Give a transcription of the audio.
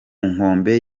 nkombe